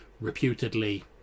reputedly